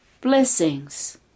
Blessings